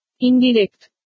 Indirect